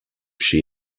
she